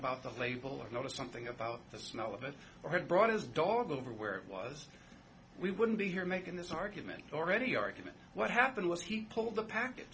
about the label noticed something about the smell of it or had brought his dog over where it was we wouldn't be here making this argument already argument what happened was he pulled the pack